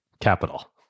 Capital